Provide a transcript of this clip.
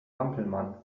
hampelmann